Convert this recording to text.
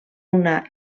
una